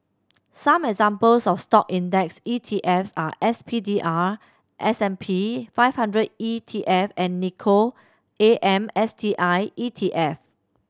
some examples of Stock index E T F s are S P D R S and P five hundred E T F and Nikko A M S T I E T F